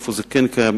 איפה זה כן קיים,